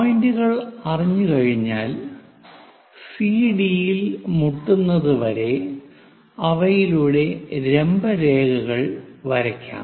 പോയിന്റുകൾ അറിഞ്ഞു കഴിഞ്ഞാൽ സിഡി ഇൽ മുട്ടുന്നത് വരെ അവയിലൂടെ ലംബ രേഖകൾ വരയ്ക്കാം